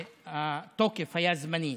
התוקף היה זמני.